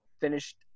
finished